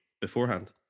beforehand